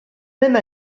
même